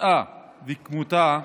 הוצאה וכימותה.